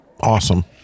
awesome